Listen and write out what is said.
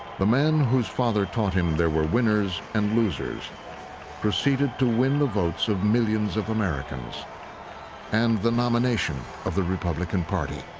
the man whose father taught him there were winners and losers proceeded to win the votes of millions of americans and the nomination of the republican party.